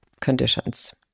conditions